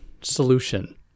solution